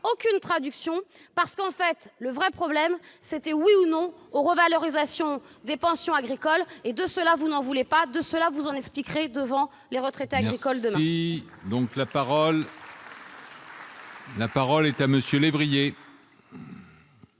aucune traduction parce que, en réalité, le vrai problème, c'était de dire oui ou non aux revalorisations des pensions agricoles ! De cela, vous ne voulez pas ; de cela, vous vous expliquerez devant les retraités agricoles demain ! La parole est à M. Martin Lévrier,